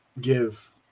give